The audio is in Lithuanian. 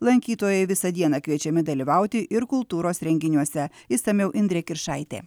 lankytojai visą dieną kviečiami dalyvauti ir kultūros renginiuose išsamiau indrė kiršaitė